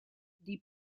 die